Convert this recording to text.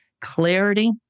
clarity